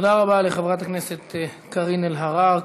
תודה רבה לחברת הכנסת קארין אלהרר.